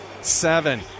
seven